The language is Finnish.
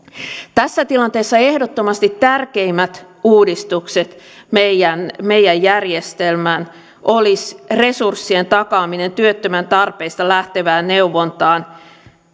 tässä tilanteessa ehdottomasti tärkeimmät uudistukset meidän meidän järjestelmään olisivat resurssien takaaminen työttömän tarpeista lähtevään neuvontaan